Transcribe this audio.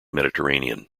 mediterranean